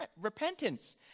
repentance